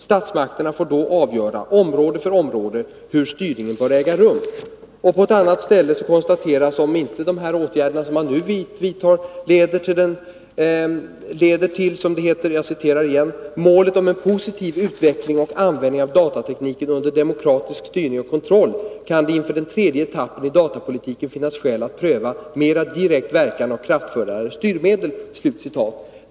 Statsmakterna får då avgöra — område för område — hur styrningen bör äga rum.” På ett annat ställe konstateras att om inte de presenterade åtgärderna visar sig leda till ”målet om en positiv utveckling och användning av datatekniken under demokratisk styrning och kontroll, kan det inför den tredje etappen i datapolitiken finnas skäl att pröva mera direkt verkande och kraftfullare styrmedel”.